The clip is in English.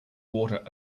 water